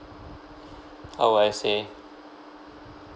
how would I say